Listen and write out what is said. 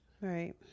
Right